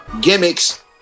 gimmicks